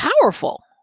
powerful